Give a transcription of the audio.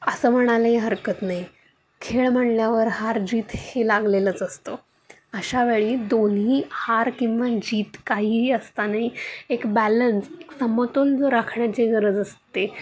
असं म्हणायलाही हरकत नाही खेळ म्हणल्यावर हार जीत हे लागलेलंच असतं अशावेळी दोन्ही हार किंवा जीत काहीही असतानाही एक बॅलन्स समतोल जो राखण्याची गरज असतं